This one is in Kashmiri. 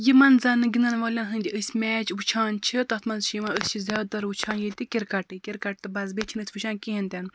یِمَن زَنہٕ گِنٛدَن والٮ۪ن ہٕنٛدۍ أسۍ میچ وُچھان چھِ تَتھ منٛز چھِ یِوان أسۍ چھِ زیادٕ تَر وٕچھان ییٚتہِ کِرکَٹٕے کِرکَٹ تہٕ بَس بیٚیہِ چھِنہٕ أسۍ وٕچھان کِہیٖنۍ تہِ نہٕ